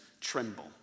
tremble